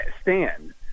stand